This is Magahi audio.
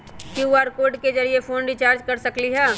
कियु.आर कोड के जरिय फोन रिचार्ज कर सकली ह?